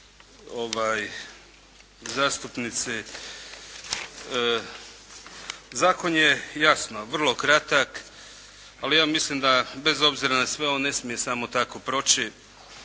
zastupnici. Zakon je jasno, vrlo kratak, ali ja mislim, bez obzira na sve, on ne smije samo tako proći.